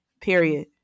Period